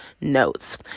notes